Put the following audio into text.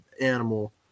animal